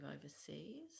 overseas